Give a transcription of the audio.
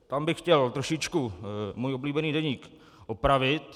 Tam bych chtěl trošičku můj oblíbený deník opravit.